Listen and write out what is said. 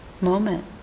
moment